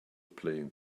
playing